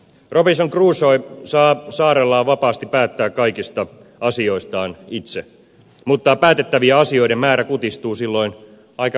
robinson crusoe saa saarellaan vapaasti päättää kaikista asioistaan itse mutta päätettävien asioiden määrä kutistuu silloin aika vähään